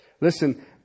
Listen